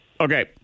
Okay